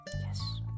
yes